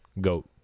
Goat